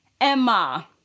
Emma